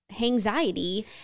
anxiety